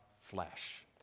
flesh